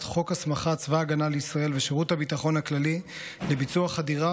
חוק הסמכת צבא ההגנה לישראל ושירות הביטחון הכללי לביצוע חדירה